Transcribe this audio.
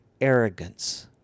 arrogance